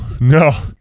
no